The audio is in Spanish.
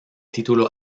título